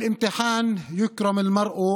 (אומר בערבית: בשעת מבחן האדם זוכה לכבוד או